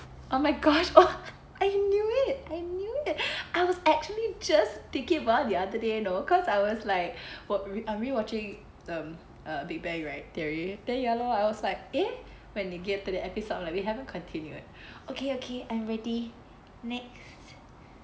oh my gosh oh I knew it I knew it I was actually just thinking about it the other day you know cause I was like what are we watching um uh big bang right theory then ya lor I was like eh when they get to episode like we haven't continue yet okay okay I'm ready next